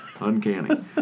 uncanny